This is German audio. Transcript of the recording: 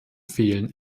fehlen